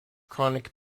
chronic